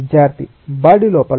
విద్యార్థి బాడీ లోపల